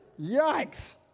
Yikes